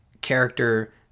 character